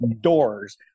doors